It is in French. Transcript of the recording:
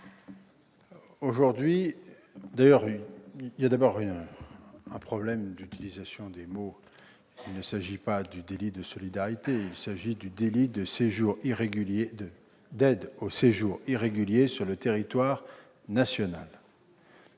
note qu'il y a d'abord un problème d'emploi des mots : il ne s'agit pas du délit de solidarité, mais du délit d'aide au séjour irrégulier sur le territoire national.